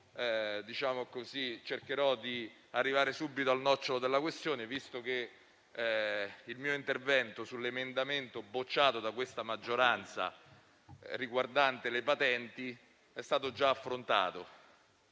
Cercherò di arrivare subito al nocciolo della questione, dato che il tema oggetto dell'emendamento bocciato da questa maggioranza riguardante le patenti è stato già affrontato.